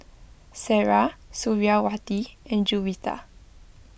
Sarah Suriawati and Juwita